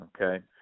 okay